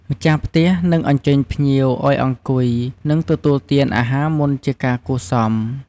ម្ចាស់ផ្ទះនឹងអញ្ជើញភ្ញៀវឱ្យអង្គុយ និងទទួលទានអាហារមុនជាការគួរសម។